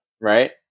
Right